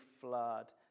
flood